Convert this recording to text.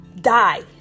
die